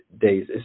days